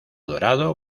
dorado